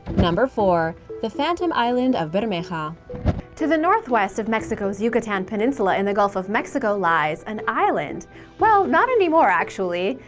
four. the phantom island of bermeja ah to the northwest of mexico's yucatan peninsula in the gulf of mexico lies an island well, not anymore, actually.